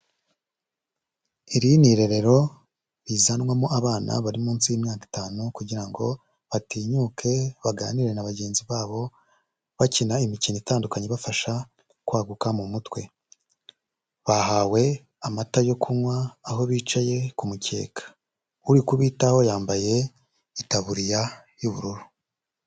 Iri ni irerero rizanwamo abana bari munsi y'imyaka itanu kugira ngo batinyuke baganire na bagenzi babo bakina imikino itandukanye ibafasha kwaguka mu mutwe, bahawe amata yo kunywa aho bicaye ku mukeka, uri kubitaho yambaye itaburiya y'ubururu.